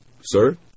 Sir